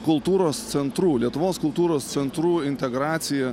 kultūros centrų lietuvos kultūros centrų integracija